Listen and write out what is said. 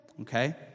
Okay